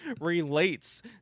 relates